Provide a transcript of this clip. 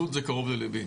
לוד זה קרוב לליבי,